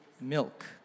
milk